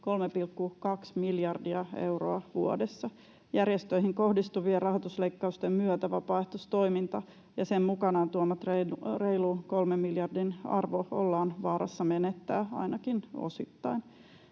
3,2 miljardia euroa vuodessa. Järjestöihin kohdistuvien rahoitusleikkausten myötä vapaaehtoistoiminta ja sen mukanaan tuoma reilu kolmen miljardin arvo ollaan vaarassa menettää, ainakin osittain.